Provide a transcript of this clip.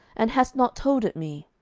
and hast not told it me.